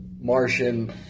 Martian